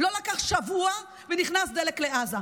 לא עבר שבוע ונכנס דלק לעזה.